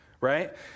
right